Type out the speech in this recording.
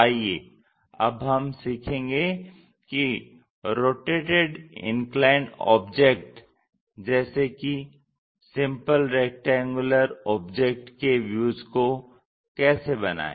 आइए अब हम सीखेंगे कि रोटेटेड इंक्लाइंड ऑब्जेक्ट जैसे कि सिंपल रैक्टेंगुलर ऑब्जेक्ट के व्यूज को कैसे बनाएं